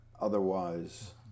Otherwise